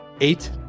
Eight